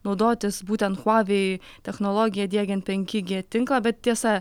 naudotis būtent huawei technologija diegiant penki g tinklą bet tiesa